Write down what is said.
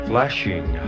flashing